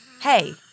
Hey